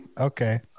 Okay